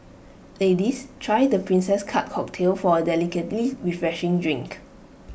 ladies try the princess cut cocktail for A delicately refreshing drink